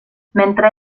mentre